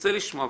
ונרצה לשמוע.